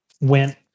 went